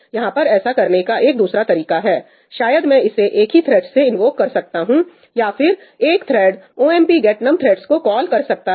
यहां पर ऐसा करने का एक दूसरा तरीका है शायद मैं इसे एक ही थ्रेड से इन्वोक कर सकता हूं या फ़िर एक thread omp get num threads को कॉल कर सकता है